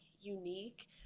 unique